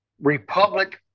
republic